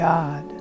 God